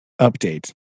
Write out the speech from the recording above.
update